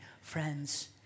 friends